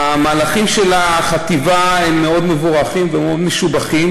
המהלכים של החטיבה הם מאוד מבורכים ומאוד משובחים.